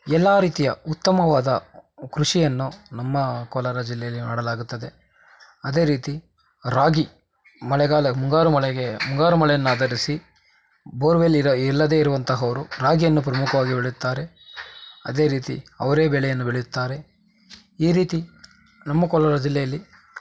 ಎಲ್ಲಾ ರೀತಿಯ ಉತ್ತಮವಾದ ಕೃಷಿಯನ್ನು ನಮ್ಮ ಕೋಲಾರ ಜಿಲ್ಲೆಯಲ್ಲಿ ಮಾಡಲಾಗುತ್ತದೆ ಅದೇ ರೀತಿ ರಾಗಿ ಮಳೆಗಾಲ ಮುಂಗಾರು ಮಳೆಗೆ ಮುಂಗಾರು ಮಳೆಯನ್ನಾಧರಿಸಿ ಬೋರ್ವೆಲ್ ಇರ ಇಲ್ಲದೆ ಇರುವಂತಹವರು ರಾಗಿಯನ್ನು ಪ್ರಮುಖವಾಗಿ ಬೆಳೆಯುತ್ತಾರೆ ಅದೇ ರೀತಿ ಅವರೇ ಬೇಳೆಯನ್ನು ಬೆಳೆಯುತ್ತಾರೆ ಈ ರೀತಿ ನಮ್ಮ ಕೋಲಾರ ಜಿಲ್ಲೆಯಲ್ಲಿ